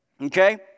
Okay